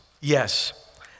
Yes